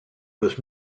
was